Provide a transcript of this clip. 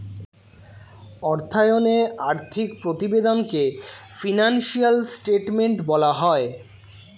অর্থায়নে আর্থিক প্রতিবেদনকে ফিনান্সিয়াল স্টেটমেন্ট বলা হয়